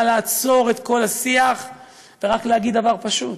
לעצור את כל השיח ורק להגיד דבר פשוט: